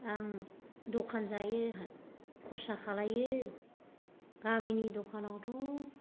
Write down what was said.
आं दखान जायो आंहा खरसा खालायो गामिनि दखानावथ'